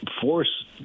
force